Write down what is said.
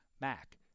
Mac